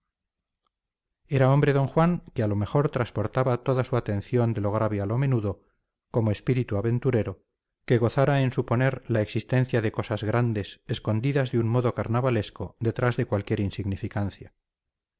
era hombre d juan que a lo mejor transportaba toda su atención de lo grave a lo menudo como espíritu aventurero que gozara en suponer la existencia de cosas grandes escondidas de un modo carnavalesco detrás de cualquier insignificancia